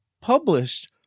published